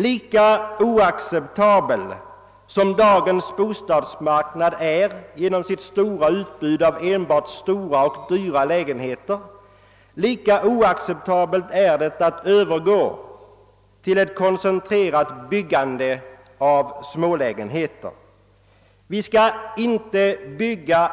Lika oacceptabel som dagens bostadsmarknad är genom sitt stora utbud av enbart stora och dyra lägenheter, lika oacceptabelt är det att övergå till: ett koncentrerat byggande av smålägenheter. Vi skall inte bygga